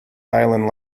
island